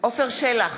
עפר שלח,